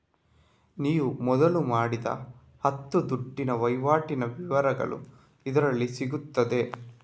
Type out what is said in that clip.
ನೀವು ಮೊದಲು ಮಾಡಿದ ಹತ್ತು ದುಡ್ಡಿನ ವೈವಾಟಿನ ವಿವರಗಳು ಇದರಲ್ಲಿ ಸಿಗ್ತದೆ